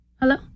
Hello